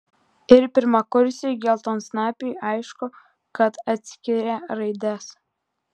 ir pirmakursiui geltonsnapiui aišku kad atskiria raides